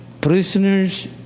prisoners